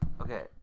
okay